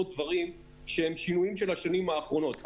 דברים שהם שינויים של השנים האחרונות.